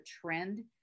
trend